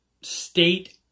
State